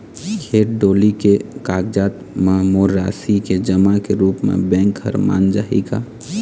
खेत डोली के कागजात म मोर राशि के जमा के रूप म बैंक हर मान जाही का?